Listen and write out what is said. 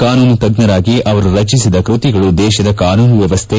ಕಾನೂನು ತಜ್ಜರಾಗಿ ಅವರು ರಚಿಸಿದ ಕೈತಿಗಳೂ ದೇತದ ಕಾನೂನು ವ್ಯವಸ್ಥೆ